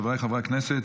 חבריי חברי הכנסת,